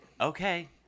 okay